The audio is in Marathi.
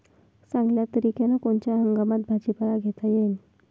चांगल्या तरीक्यानं कोनच्या हंगामात भाजीपाला घेता येईन?